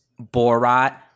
borat